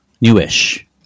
newish